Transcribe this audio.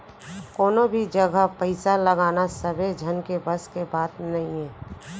कोनो भी जघा पइसा लगाना सबे झन के बस के बात नइये